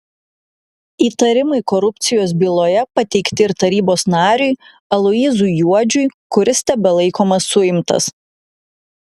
įtarimai korupcijos byloje pateikti ir tarybos nariui aloyzui juodžiui kuris tebelaikomas suimtas